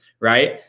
right